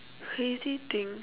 crazy things